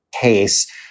case